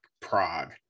Prague